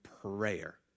prayer